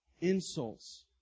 insults